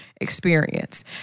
experience